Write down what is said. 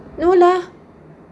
no lah